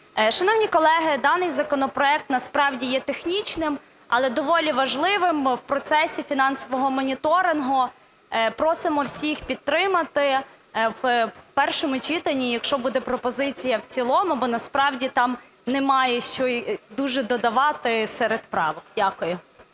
Шановні колеги, даний законопроект насправді є технічним, але доволі важливим в процесі фінансового моніторингу. Просимо всіх підтримати в першому читанні, якщо буде пропозиція в цілому, бо насправді там немає що і дуже додавати серед правок. Дякую.